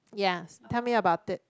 ya tell me about it